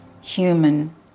human